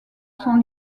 sont